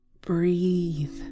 Breathe